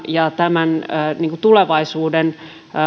ja tulevaisuuden